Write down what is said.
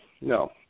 no